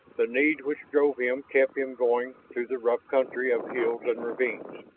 the need which drove him kept him going through the rough country of hills and ravines.